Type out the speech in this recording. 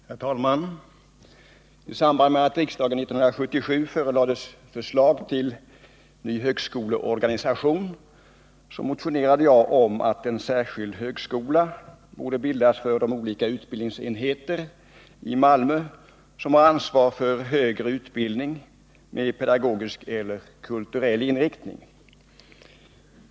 Herr talman! I samband med att riksdagen 1977 förelades förslag till en ny högskoleorganisation motionerade jag om att en särskild högskola borde bildas för de olika utbildningsenheter i Malmö som har ansvaret för högre utbildning med pedagogisk eller kulturell inriktning.